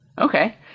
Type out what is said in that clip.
Okay